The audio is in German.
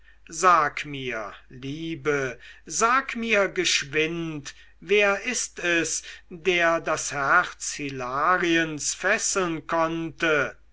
sag mir liebe sag mir geschwind wer ist es der das herz hilariens fesseln konnte